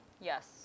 Yes